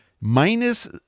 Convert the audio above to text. minus